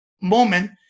moment